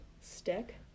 stick